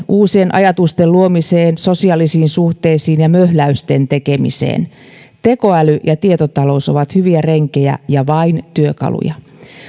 uusien ajatusten luomiseen sosiaalisiin suhteisiin ja möhläysten tekemiseen tekoäly ja tietotalous ovat hyviä renkejä ja vain työkaluja